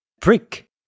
brick